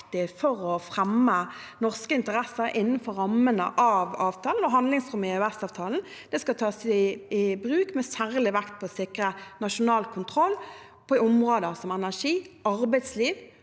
for å fremme norske interesser innenfor rammene av avtalen, og handlingsrommet i EØS-avtalen skal tas i bruk med særlig vekt på å sikre nasjonal kontroll på områder som norsk arbeidsliv,